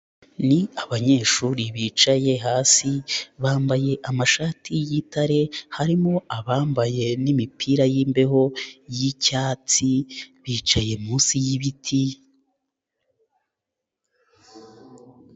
Ni abanyeshuri bicaye hasi, bambaye amashati y'igitare, harimo abambaye n'imipira yimbeho y'icyatsi bicaye munsi y'ibiti.